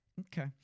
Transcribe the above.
Okay